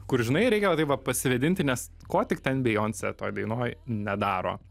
kur žinai reikia va taip va prasivėdinti nes ko tik ten bijoncė toj dainoj nedaro